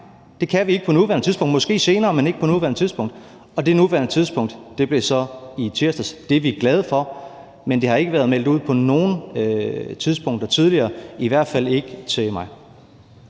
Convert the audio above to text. det kunne I ikke på daværende tidspunkt, måske senere. Og det senere tidspunkt blev så i tirsdags. Det er vi glade for, men det har ikke været meldt ud på noget tidspunkt tidligere, i hvert fald ikke til mig.